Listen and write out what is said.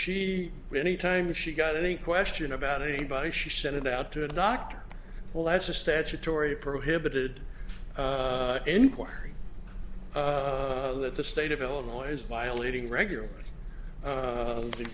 she any time she got any question about anybody she sent it out to a doctor well that's a statutory prohibited inquiry that the state of illinois violating regularly the